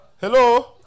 hello